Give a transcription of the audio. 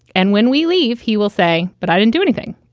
and when we leave, he will say, but i didn't do anything.